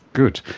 good.